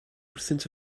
wrthynt